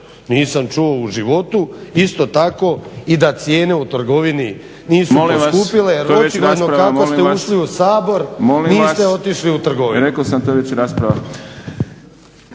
nisam čuo u životu. Isto tako i da cijene u trgovini nisu poskupile. Očigledno od kako ste ušli u Sabor niste ušli u trgovinu.